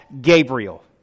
Gabriel